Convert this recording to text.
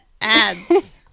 ads